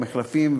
המחלפים,